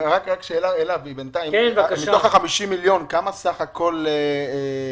רק שאלה, מתוך 50 מיליון, כמה סך הכול חולק?